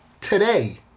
Today